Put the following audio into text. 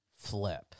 flip